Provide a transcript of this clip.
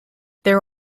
there